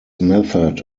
method